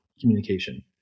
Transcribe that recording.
communication